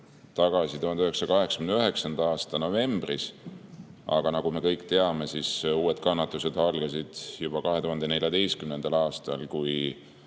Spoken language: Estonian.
alles 1989. aasta novembris. Aga nagu me kõik teame, uued kannatused algasid juba 2014. aastal, kui